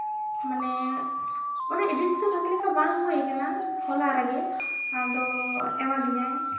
ᱢᱟᱱᱮ ᱢᱟᱱᱮ ᱮᱰᱤᱴ ᱫᱚ ᱵᱷᱟᱜᱮ ᱞᱮᱠᱟ ᱵᱟᱝ ᱦᱩᱭᱟᱠᱟᱱᱟ ᱦᱚᱞᱟ ᱨᱮᱜᱮ ᱟᱫᱚ ᱮᱢᱟᱫᱤᱧᱟᱭ